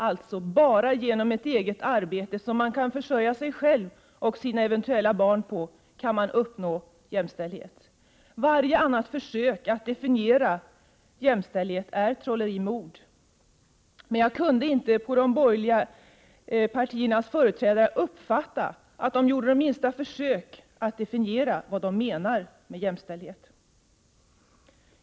Alltså: Bara genom ett eget arbete som man kan försörja sig själv och sina eventuella barn på kan man uppnå jämställdhet. Varje annat försök att definiera jämställdhet är trolleri med ord. Jag kunde inte uppfatta att de borgerliga företrädarna gjorde ett minsta försök att definiera vad de menar med jämställdhet.